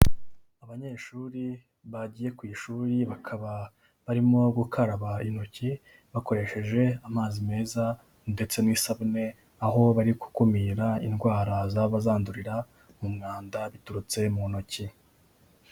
Abanyeshuri bagiye ku ishuri bakaba barimo gukaraba intoki, bakoresheje amazi meza ndetse n'isabune, aho bari gukumira indwara zaba zandurira mu mwanda biturutse mu ntoki.